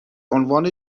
عنوان